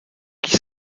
qui